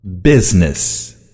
Business